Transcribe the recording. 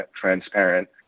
transparent